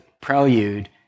prelude